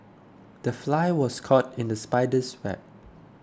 the fly was caught in the spider's web